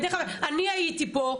אני הייתי פה,